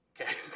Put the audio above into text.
Okay